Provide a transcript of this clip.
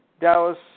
Dallas